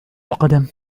القدم